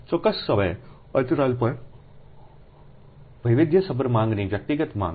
ચોક્કસ સમય અંતરાલ પર વૈવિધ્યસભર માંગની વ્યક્તિગત માંગ